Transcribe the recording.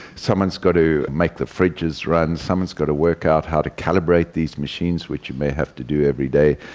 someone has got to make the fridges run, someone has got to work out how to calibrate these machines, which you may have to do every day,